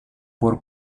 por